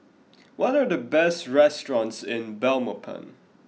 what are the best restaurants in Belmopan